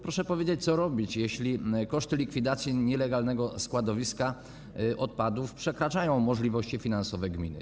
Proszę powiedzieć, co robić, jeśli koszty likwidacji nielegalnego składowiska odpadów przekraczają możliwości finansowe gminy.